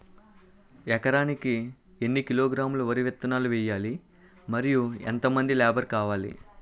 ఎకరానికి ఎన్ని కిలోగ్రాములు వరి విత్తనాలు వేయాలి? మరియు ఎంత మంది లేబర్ కావాలి?